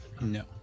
No